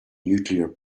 nuclear